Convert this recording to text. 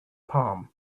palm